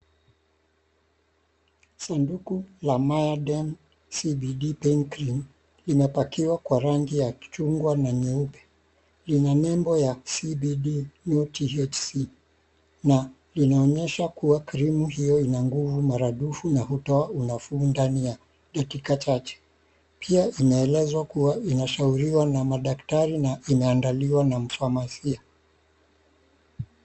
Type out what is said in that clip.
Sanduku la mayadem CBD bencream imepakiwa kwa rangi ya chungwa na nyeupe ina nembo ya CBD new THc na inaonyesha kuwa krimu hiyo inanguvu maradufu na hutoa unafuu ndani ya dakika chache. Pia inaeleza kuwa inashauriwa na dakitari na imeandaliwa na mfamasia.